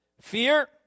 Fear